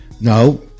no